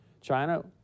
China